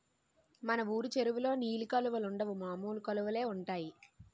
మన వూరు చెరువులో నీలి కలువలుండవు మామూలు కలువలే ఉంటాయి